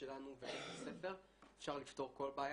שלנו ובית הספר אפשר לפתור כל בעיה.